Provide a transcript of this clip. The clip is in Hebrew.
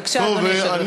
בבקשה, אדוני.